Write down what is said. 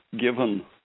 given